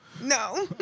No